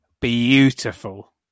beautiful